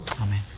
Amen